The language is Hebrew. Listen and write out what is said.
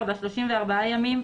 (4)34 ימים,